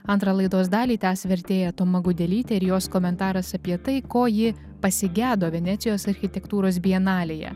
antrą laidos dalį tęs vertėja toma gudelytė ir jos komentaras apie tai ko ji pasigedo venecijos architektūros bienalėje